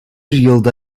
yılda